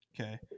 Okay